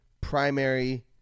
primary –